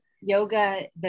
yoga